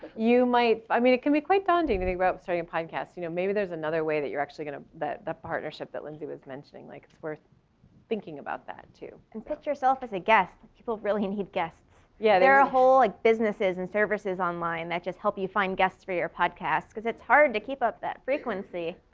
you might, i mean, it can be quite daunting to think about starting a podcast. you know maybe there's another way that you're actually going to vet that partnership that lindsay was mentioning. like it's worth thinking about that too. and put yourself as a guest that people really need guests. yeah, there are a whole like businesses and services online that just help you find guests for your podcast. cuz it's hard to keep up that frequency.